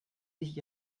sich